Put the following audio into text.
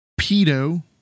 pedo